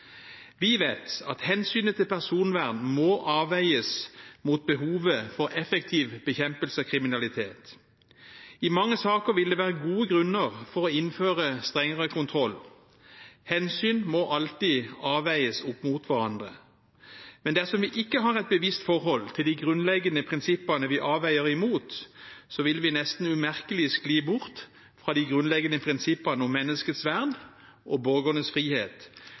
Vi vet at hensynet til personvern må avveies mot behovet for effektiv bekjempelse av kriminalitet. I mange saker vil det være gode grunner for å innføre strengere kontroll. Hensyn må alltid veies opp mot hverandre. Men dersom vi ikke har et bevisst forhold til de grunnleggende prinsippene vi avveier imot, vil vi nesten umerkelig skli bort fra de grunnleggende prinsippene om menneskets vern og borgernes frihet,